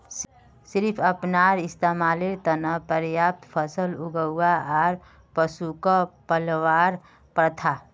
सिर्फ अपनार इस्तमालेर त न पर्याप्त फसल उगव्वा आर पशुक पलवार प्रथा